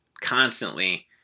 constantly